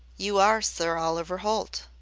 you are sir oliver holt!